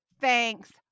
thanks